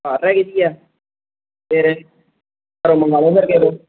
ਘਰ ਰਹਿ ਗਈ ਆ ਫਿਰ ਘਰੋਂ ਮੰਗਵਾ ਲੈ ਫਿਰ ਕਿਸੇ ਤੋਂ